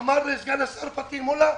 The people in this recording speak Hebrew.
אמר לי סגן השר פטין מולא: